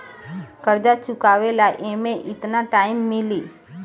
कर्जा चुकावे ला एमे केतना टाइम मिली?